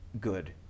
good